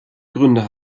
gründe